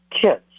kids